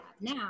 now